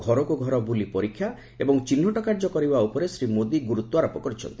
ଘରକୁ ଘର ବୁଲି ପରୀକ୍ଷା ଏବଂ ଚିହ୍ନଟ କାର୍ଯ୍ୟ କରିବା ଉପରେ ଶ୍ରୀ ମୋଦି ଗୁରୁତ୍ୱାରୋପ କରିଛନ୍ତି